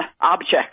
object